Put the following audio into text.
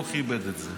לא כיבד את זה,